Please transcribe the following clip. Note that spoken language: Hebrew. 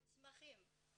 המסמכים.